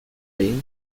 pink